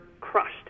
crushed